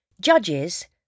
Judges